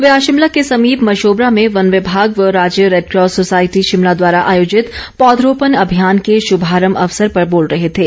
वे आज शिमला के समीप मशोबरा में वन विभाग व राज्य रैडकॉस सोसायटी शिमला द्वारा आयोजित पौधरोपण अभियान के शुभारंभ अवसर पर बोल रहे थे